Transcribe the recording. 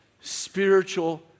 spiritual